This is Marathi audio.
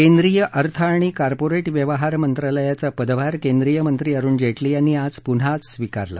केंद्रीय अर्थ आणि कॉर्पोरेट व्यवहार मंत्रालयाचा पदभार केंद्रीय मंत्री अरुण जेटली यांनी आज पुन्हा स्वीकारला